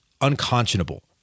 unconscionable